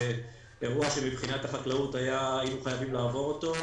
אירוע שמבחינת החקלאות היינו חייבים לעבור אותו.